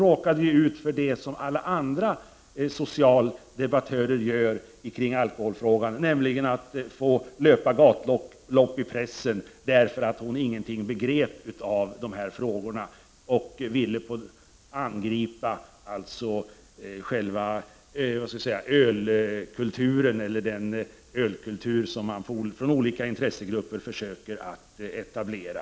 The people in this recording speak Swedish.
Hon råkade ut för vad många andra debattörer råkar ut för när det gäller alkoholfrågan, nämligen att få löpa gatlopp i pressen. Det hette att hon ingenting begrep av de här frågorna när hon ville angripa den ölkultur som man från olika intressegrupper försöker etablera.